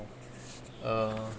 uh